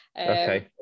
okay